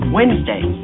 Wednesday